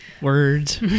Words